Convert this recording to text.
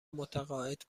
متقاعد